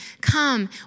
come